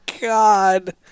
God